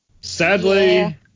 Sadly